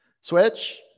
Switch